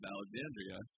Alexandria